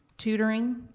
tutoring,